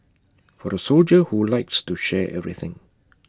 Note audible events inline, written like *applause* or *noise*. *noise* for the soldier who likes to share everything